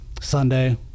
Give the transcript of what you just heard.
Sunday